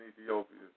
Ethiopia